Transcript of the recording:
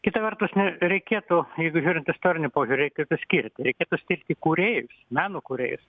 kita vertus nereikėtų jeigu žiūrint istoriniu požiūriu reikėtų skirt reikėtų skirti kūrėjus meno kūrėjus